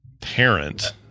parent